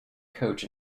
coach